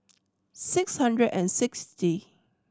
six hundred and sixty